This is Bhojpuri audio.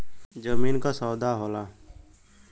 जमीन क सौदा होला